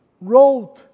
wrote